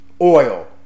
Oil